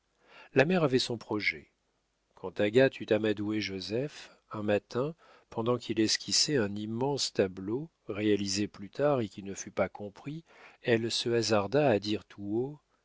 la mère avait son projet quand agathe eut amadoué joseph un matin pendant qu'il esquissait un immense tableau réalisé plus tard et qui ne fut pas compris elle se hasarda à dire tout haut